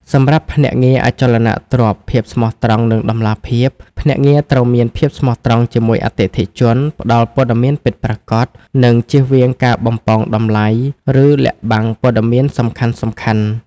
សម្រាប់ភ្នាក់ងារអចលនទ្រព្យភាពស្មោះត្រង់ និងតម្លាភាព ភ្នាក់ងារត្រូវមានភាពស្មោះត្រង់ជាមួយអតិថិជន ផ្តល់ព័ត៌មានពិតប្រាកដ និងជៀសវាងការបំប៉ោងតម្លៃ ឬលាក់បាំងព័ត៌មានសំខាន់ៗ។